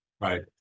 right